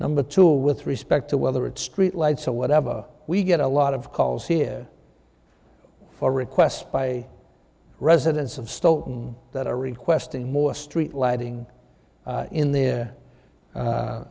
number two with respect to whether it's street lights or whatever we get a lot of calls here for requests by residents of stoughton that are requesting more street lighting in their